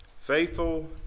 Faithful